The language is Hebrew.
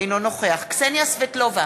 אינו נוכח קסניה סבטלובה,